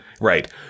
right